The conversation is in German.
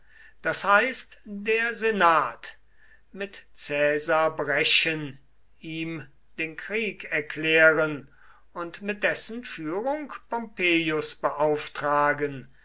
das heißt der senat mit caesar brechen ihm den krieg erklären und mit dessen führung pompeius beauftragen